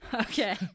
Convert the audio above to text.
okay